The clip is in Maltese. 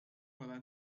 wara